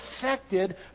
affected